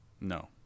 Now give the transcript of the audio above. No